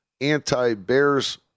anti-Bears